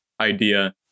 idea